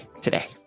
today